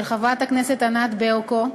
של חברת הכנסת ענת ברקו,